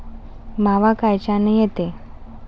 मावा कायच्यानं येते?